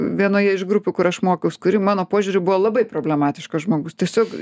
vienoje iš grupių kur aš mokiaus kuri mano požiūriu buvo labai problematiškas žmogus tiesiog